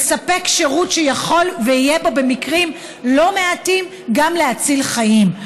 לספק שירות שיכול שיהיה בו במקרים לא מעטים גם להציל חיים.